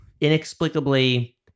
inexplicably